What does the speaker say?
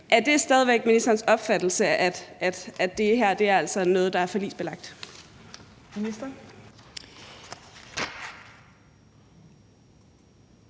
det stadig væk ministerens opfattelse, at det her er noget, der er forligsbelagt?